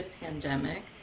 pandemic